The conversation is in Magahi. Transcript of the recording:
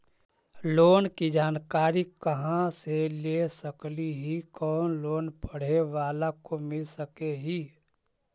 लोन की जानकारी कहा से ले सकली ही, कोन लोन पढ़े बाला को मिल सके ही?